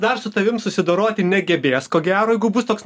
dar su tavim susidoroti negebės ko gero jeigu bus toks